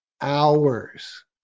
hours